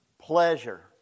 pleasure